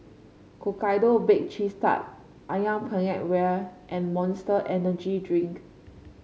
Hokkaido Bake Cheese Tart ayam Penyet Ria and Monster Energy Drink